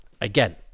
again